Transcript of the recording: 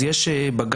אז יש בג"ץ